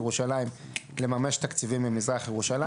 ירושלים לממש תקציבים עם מזרח ירושלים.